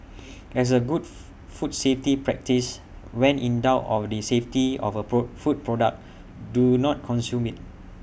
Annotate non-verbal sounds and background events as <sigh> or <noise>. as A good <noise> food safety practice when in doubt of the safety of A pro food product do not consume IT